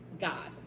God